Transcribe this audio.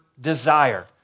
desire